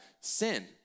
sin